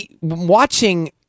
watching